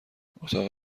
اتاق